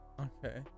Okay